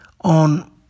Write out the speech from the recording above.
on